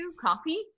coffee